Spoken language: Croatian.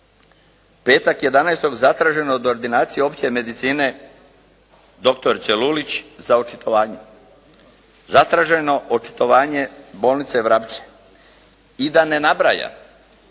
jedanaestog zatraženo od ordinacije opće medicine doktorice Lulić za očitovanje, zatraženo očitovanje bolnice "Vrapče" i da ne nabrajam